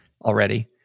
already